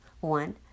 one